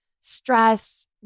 stress